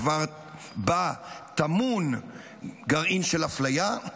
כבר בה טמון גרעין של אפליה.